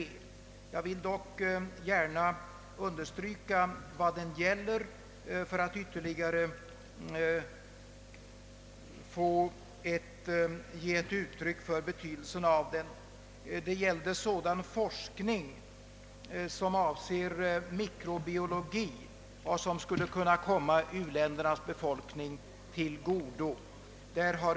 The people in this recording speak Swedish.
Jag vill dock gärna ytterligare understryka betydelsen av motionen, som gäller sådan forskning som avser mikrobiologi och som skulle kunna komma befolkningen i u-länderna till godo.